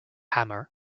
hammer